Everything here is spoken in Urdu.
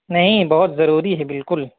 نہیں بہت ضروری ہے بالکل